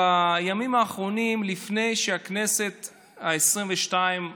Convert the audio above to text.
בימים האחרונים לפני שהכנסת העשרים-ושתיים פוזרה,